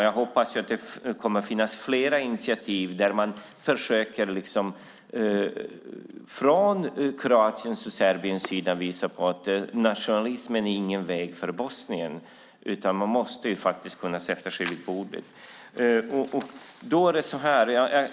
Jag hoppas att det kommer att tas fler initiativ där man från Kroatiens och Serbiens sida försöker visa att nationalism inte är en väg för Bosnien utan att man måste kunna sätta sig vid bordet och förhandla.